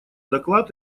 доклад